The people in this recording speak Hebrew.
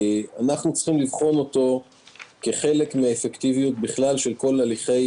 אנחנו צריכים לבחון אותו כחלק מהאפקטיביות בכלל של כל הליכי